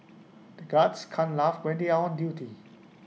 the guards can't laugh when they are on duty